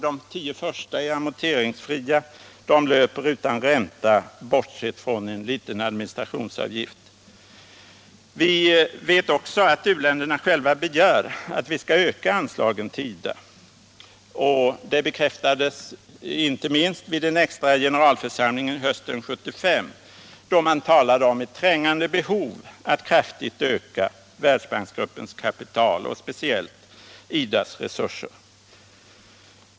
De tio första åren är amorteringsfria, och lånen löper utan ränta bortsett från en liten administrationsavgift. Vi vet också att u-länderna själva begär att vi skall öka anslagen till IDA. Det bekräftades inte minst vid den extra generalförsamlingen hösten 1975, då man talade om ett trängande behov av att kraftigt öka världsbanksgruppens kapital och speciellt IDA:s resurser.